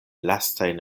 lastajn